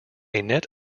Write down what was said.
net